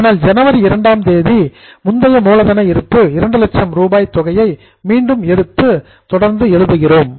ஆனால் ஜனவரி 2ஆம் தேதி யர்லியர் பேலன்ஸ் முந்தைய மூலதன இருப்பு 200000 ரூபாய் தொகையை மீண்டும் எடுத்து தொடர்ந்து எழுதுகிறோம்